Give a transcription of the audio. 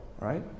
right